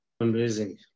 Amazing